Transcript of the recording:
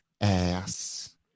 ass